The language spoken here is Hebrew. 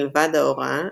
מלבד ההוראה,